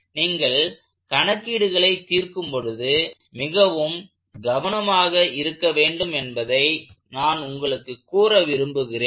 நீங்கள் கணக்கீடுகளை தீர்க்கும் பொழுது மிகவும் கவனமாக இருக்க வேண்டும் என்பதை நான் உங்களுக்கு கூற விரும்புகிறேன்